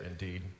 Indeed